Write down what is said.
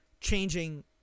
changing